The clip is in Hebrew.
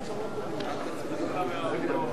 משר התקשורת לשר ההסברה והתפוצות נתקבלה.